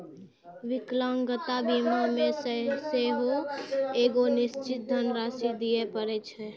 विकलांगता बीमा मे सेहो एगो निश्चित धन राशि दिये पड़ै छै